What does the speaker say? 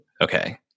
Okay